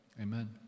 Amen